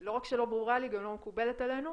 לא רק שלא ברורה לי, היא גם לא מקובלת עלינו.